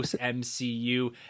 MCU